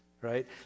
right